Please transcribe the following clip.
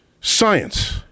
science